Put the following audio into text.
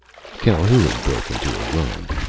calhoun broke into a run.